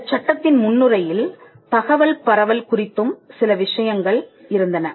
இந்தச் சட்டத்தின் முன்னுரையில் தகவல் பரவல் குறித்தும் சில விஷயங்கள் இருந்தன